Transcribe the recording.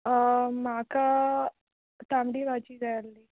म्हाका तांबडी भाजी जाय आल्ही